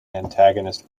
antagonist